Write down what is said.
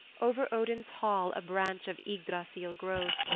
over odin's hall a branch of ygdrassil grows,